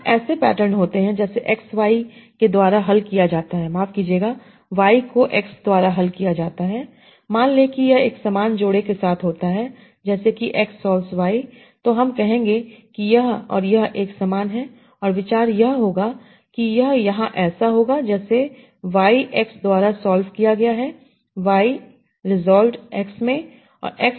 और ऐसे पैटर्न होते हैं जैसे X Y के द्वारा हल किया जाता है माफ कीजिएगाY को X द्वारा हल किया जाता है मान लें कि यह एक समान जोड़े के साथ होता है जैसे कि X सोल्व्स Y तो हम कहेंगे कि यह और यह एक समान है और विचार यह होगा कि यह यहां ऐसा होगा जैसे Y X द्वारा सॉल्व किया गया Y रेसोल्वड X में और X रेसोल्वस Y